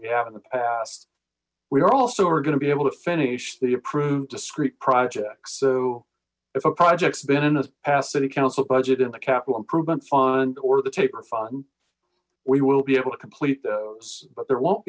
we have in the past we are also going to be able to finish the approved discrete projects so if a project's been in its path city council budget and the capital improvement fund or the taper fund we will be able to complete those but there won't